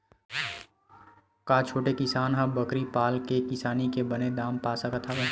का छोटे किसान ह बकरी पाल के किसानी के बने दाम पा सकत हवय?